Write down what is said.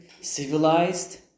civilized